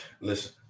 listen